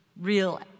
real